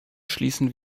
schließen